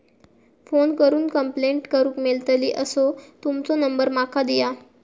Phone करून complaint करूक मेलतली असो तुमचो नंबर माका दिया?